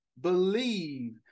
believe